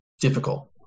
difficult